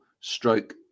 stroke